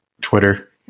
Twitter